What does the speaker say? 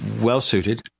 well-suited